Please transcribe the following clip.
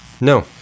No